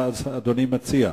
מה אדוני מציע,